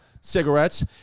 cigarettes